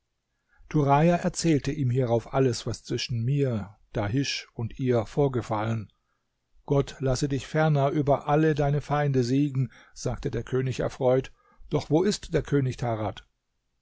erzählte ihm hierauf alles was zwischen mir dahisch und ihr vorgefallen gott lasse dich ferner über alle deine feinde siegen sagte der könig erfreut doch wo ist der könig tarad